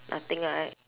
nothing right